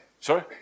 Sorry